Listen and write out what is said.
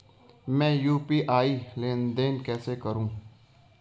मैं यू.पी.आई लेनदेन कैसे करूँ?